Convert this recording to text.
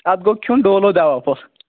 اَتھ گوٚو کھیٚون ڈولو دَوا فوٚل